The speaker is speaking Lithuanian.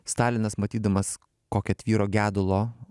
stalinas matydamas kokia tvyro gedulo